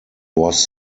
was